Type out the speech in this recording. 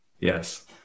Yes